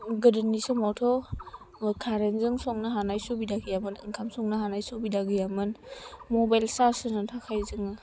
गोदोनि समावथ' कारेन्टजों संनो हानाय सुबिदा गैयामोन ओंखाम संनो हानाय सुबिदा गैयामोन मबाइल सार्ज होनो थाखाय जोङो